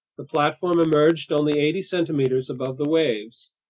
the platform emerged only eighty centimeters above the waves.